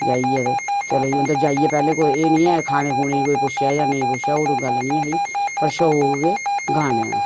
जाइयै ते चलो जी उं'दे जाइयै पैह्ले एह् नीं ऐ खाने खुने गी कोई पुच्छेआ जां नेईं पुच्छेआ ओह् गल्ल नीं ऐ ही पर शौक गै गाने दा